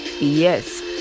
yes